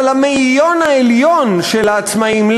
אבל המאיון העליון של העצמאים,